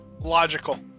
logical